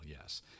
yes